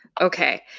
Okay